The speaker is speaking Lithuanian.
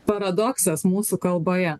paradoksas mūsų kalboje